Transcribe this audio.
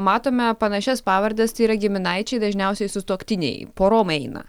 matome panašias pavardes tai yra giminaičiai dažniausiai sutuoktiniai porom eina